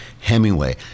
hemingway